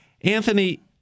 Anthony